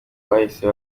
bahise